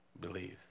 believe